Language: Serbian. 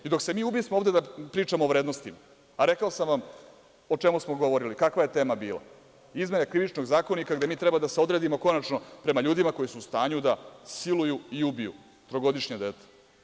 I, dok se mi ubismo ovde da pričamo o vrednostima, a rekao sam vam o čemu smo govorili, kakva je tema bila – izmene Krivičnog zakonika, gde mi treba da se odredimo, konačno, prema ljudima koji su u stanju da siluju i ubiju trogodišnje dete.